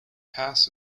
pass